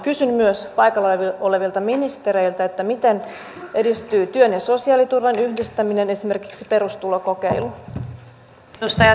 kysyn myös paikalla olevilta ministereiltä miten edistyy työn ja sosiaaliturvan yhdistäminen esimerkiksi perustulokokeilu